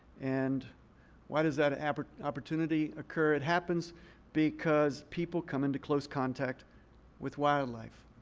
and why does that opportunity occur? it happens because people come into close contact with wildlife,